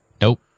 Nope